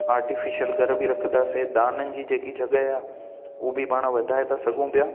artificial घर बि रखंदासीं दाननि जी जेकी जॻह आहे उहा बि पाणि वधाए था सघूं पिया